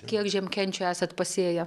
kiek žiemkenčių esat pasėję